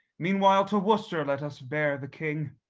meanwhile to worster let us bear the king,